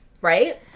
right